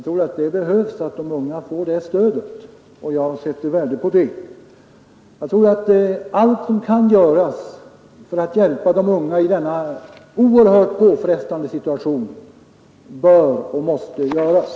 De unga behöver det stödet, och jag sätter värde på att detta sker. Allt som kan göras för att hjälpa de unga i denna oerhört påfrestande situation bör och måste göras.